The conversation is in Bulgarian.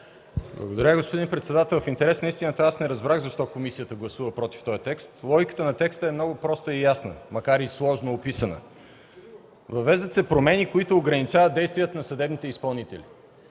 Благодаря, господин председател. В интерес на истината аз не разбрах защо комисията гласува против този текст. Логиката на текста е много проста и ясна, макар и сложно описана. Въвеждат се промени, които ограничават действията на съдебните изпълнители.